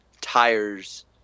tires